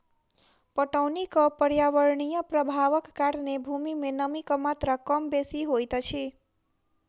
पटौनीक पर्यावरणीय प्रभावक कारणेँ भूमि मे नमीक मात्रा कम बेसी होइत अछि